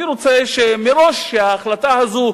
אני רוצה שמראש ההחלטה הזו,